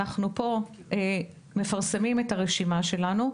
אנחנו מפרסמים את הרשימה שלו,